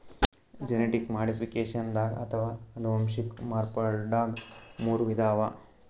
genetic ಮಾಡಿಫಿಕೇಷನ್ದಾಗ್ ಅಥವಾ ಅನುವಂಶಿಕ್ ಮಾರ್ಪಡ್ದಾಗ್ ಮೂರ್ ವಿಧ ಅವಾ